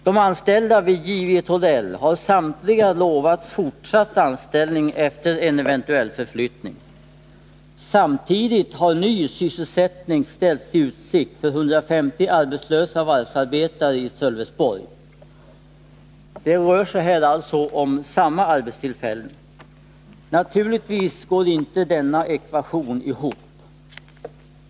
De anställda vid J. V. Torell har samtliga lovats fortsatt anställning efter en eventuell förflyttning. Samtidigt har ny sysselsättning ställts i utsikt för 150 arbetslösa varvsarbetare i Sölvesborg. Här rör det sig alltså om samma arbetstillfällen. Naturligtvis går inte denna ekvation ihop.